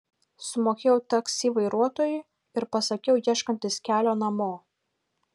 sumokėjau taksi vairuotojui ir pasakiau ieškantis kelio namo